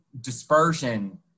dispersion